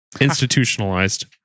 Institutionalized